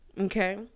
okay